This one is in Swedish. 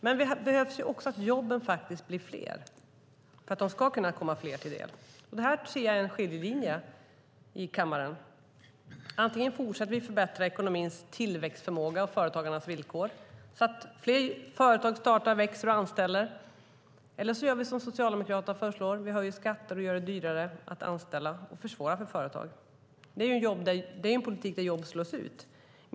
Men jobben behöver också bli fler. Här finns en skiljelinje i kammaren. Antingen fortsätter vi att förbättra ekonomins tillväxtförmåga och företagarnas villkor så att fler företag startar, växer och anställer. Eller så gör vi som Socialdemokraterna föreslår, det vill säga höjer skatter och gör det dyrare för företag att anställa. Det är en politik där jobb slås ut.